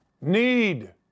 need